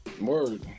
Word